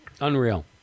Unreal